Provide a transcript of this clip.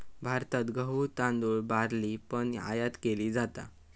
भारतात गहु, तांदुळ, बार्ली पण आयात केली जाता